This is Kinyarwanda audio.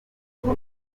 dubai